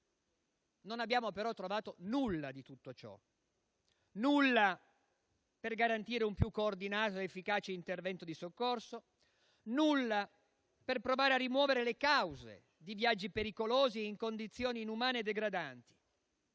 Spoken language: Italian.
Non abbiamo però trovato nulla di tutto ciò: nulla per garantire un più coordinato ed efficace intervento di soccorso; nulla per provare a rimuovere le cause di viaggi pericolosi, in condizioni inumane e degradanti;